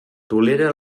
tolera